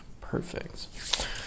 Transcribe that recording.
Perfect